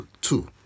two